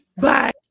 Bye